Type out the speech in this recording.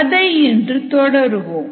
அதை இன்று தொடருவோம்